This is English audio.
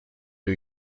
new